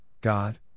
God